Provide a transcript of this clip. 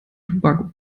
tobago